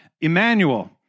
Emmanuel